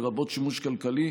לרבות שימוש כלכלי.